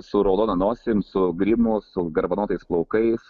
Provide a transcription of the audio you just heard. su raudona nosim su grimu su garbanotais plaukais